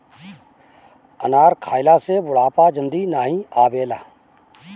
अनार खइला से बुढ़ापा जल्दी नाही आवेला